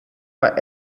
war